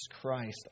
Christ